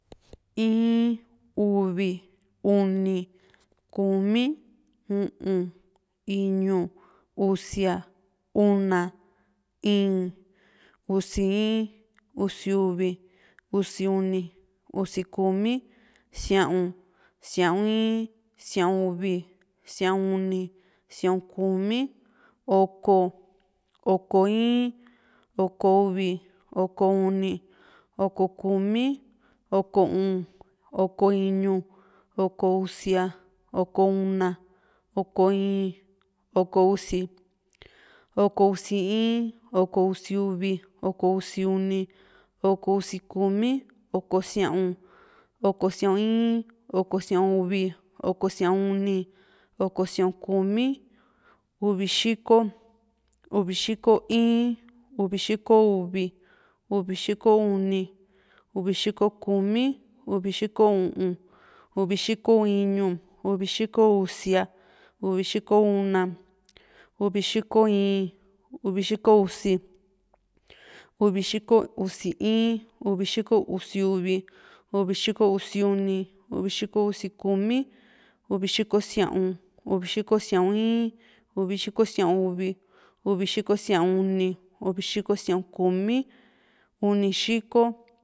in, uvi, uni, kumi, u´un iñu, usia, una íín, usi, usi in, usi uvi, usi uni, usi kumi, sia´un, sia´un in sia´un uvi sia´un uni, sia´un kumi, oko, oko in, oko uvi, oko uni, oko kumi, oko u´un, oko iñu, oko usia, oko una, oko íín, oko usi, oko usi in, oko usi uvi, oko usi uni, oko usi kumi, oko sia´un, oko sia´un in, oko sia´un uvi, oko sia´un uni, oko sia´un kumi, uvi xiko, uvi xiko in, uvi xiko uvi, uvi xiko uni, uvi xiko kumi, uvi xiko u´un, uvi xiko iñu, uvi xiko usia, uvi xiko una, uvi xiko íín, uvi xiko usi, uvi xiko usi in, uvi xiko usi uvi, uvi xiko usi uni, uvi xiko usi kumi, uvi xiko sia´un, uvi xiko sia´un in, uvi xiko sia´un uni, uvi xiko sia´un kumi, uni xiko.